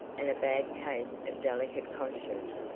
and a bad case of delicate conscience,